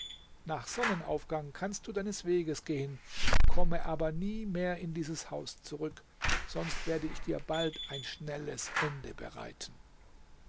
nach sonnenaufgang kannst du deines weges gehen komme aber nie mehr in dieses haus zurück sonst werde ich dir bald ein schnelles ende bereiten